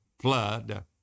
flood